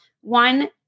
one